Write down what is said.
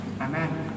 Amen